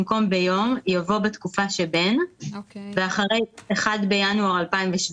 במקום "ביום" יבוא "בתקופה שבין" ואחרי "(1 בינואר 2017)"